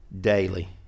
Daily